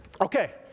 Okay